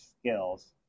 skills